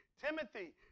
Timothy